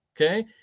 Okay